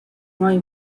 nuovi